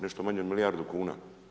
Nešto manje od milijardu kuna.